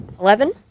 Eleven